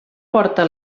porta